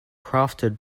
crafted